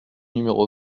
numéro